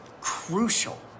crucial